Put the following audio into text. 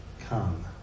Come